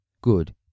Good